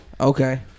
okay